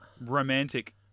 Romantic